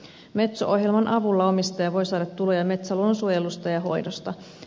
metso ohjelman avulla omistaja voi saada tuloja metsäluonnon suojelusta ja hoidosta